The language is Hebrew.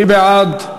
מי בעד?